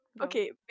okay